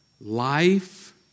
life